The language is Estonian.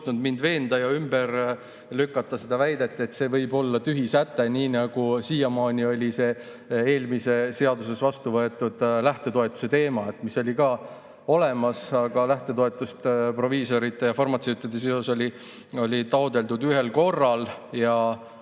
mind veenda ja ümber lükata seda väidet, et see võib olla tühi säte, nii nagu siiamaani oli see eelmise seadusega vastu võetud lähtetoetuse teema. See [võimalus] oli ka olemas, aga proviisorite ja farmatseutide lähtetoetust oli taotletud ühel korral ja